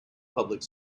public